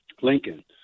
Lincoln